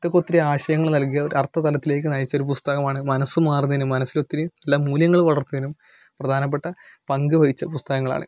ഇതൊക്കെ ഒത്തിരി ആശയങ്ങള് നൽകിയ അർത്ഥതലത്തിലേക്ക് നയിച്ചൊരു പുസ്തകമാണ് മനസ്സുമാറുന്നതിനു മനസ്സിലൊത്തിരി നല്ല മൂല്യങ്ങള് വളർത്തുന്നതിനും പ്രധാനപ്പെട്ട പങ്ക് വഹിച്ച പുസ്തകങ്ങളാണ്